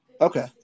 Okay